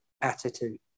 attitude